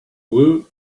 woot